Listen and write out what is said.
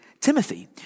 Timothy